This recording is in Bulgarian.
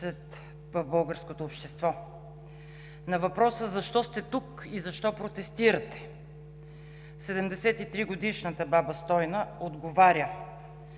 в българското общество. На въпроса: защо сте тук и защо протестирате, 73 годишната баба Стойна отговаря,